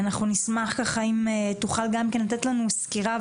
אנחנו נשמח אם תוכל גם לתת לנו סקירה,